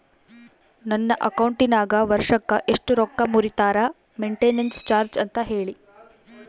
ನನ್ನ ಅಕೌಂಟಿನಾಗ ವರ್ಷಕ್ಕ ಎಷ್ಟು ರೊಕ್ಕ ಮುರಿತಾರ ಮೆಂಟೇನೆನ್ಸ್ ಚಾರ್ಜ್ ಅಂತ ಹೇಳಿ?